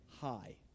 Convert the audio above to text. high